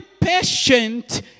patient